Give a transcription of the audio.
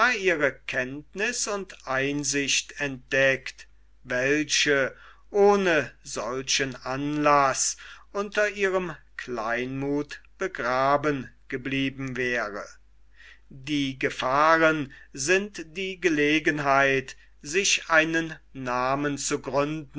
ihre kenntniß und einsicht entdeckt welche ohne solchen anlaß unter ihrem kleinmuth begraben geblieben wäre die gefahren sind die gelegenheit sich einen namen zu gründen